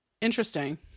Interesting